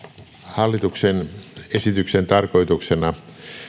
hallituksen esityksen tarkoituksena